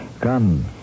Come